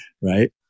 right